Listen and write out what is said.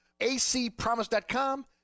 acpromise.com